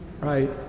Right